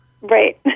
Right